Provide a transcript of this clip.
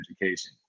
education